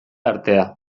artea